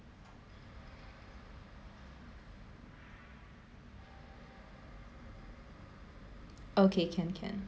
okay can can